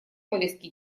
повестке